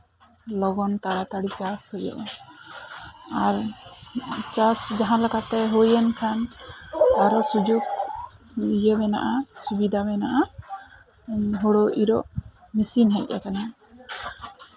ᱞᱚᱜᱚᱱ ᱛᱟᱲᱟᱼᱛᱟᱲᱤ ᱪᱟᱥ ᱦᱩᱭᱩᱜᱼᱟ ᱟᱨ ᱪᱟᱥ ᱡᱟᱦᱟᱸᱞᱮᱠᱟᱛᱮ ᱦᱩᱭ ᱞᱮᱱᱠᱷᱟᱱ ᱟᱨᱚ ᱥᱩᱡᱳᱜᱽ ᱤᱭᱟᱹ ᱢᱮᱱᱟᱜᱼᱟ ᱥᱩᱵᱤᱫᱟ ᱢᱮᱱᱟᱜᱼᱟ ᱩᱸ ᱦᱩᱲᱩ ᱤᱨᱳᱜ ᱢᱤᱥᱤᱱ ᱦᱮᱡ ᱟᱠᱟᱱᱟ